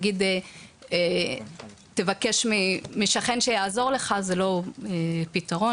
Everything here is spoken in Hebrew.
להגיד שיבקש עזרה משכן זה לא פתרון.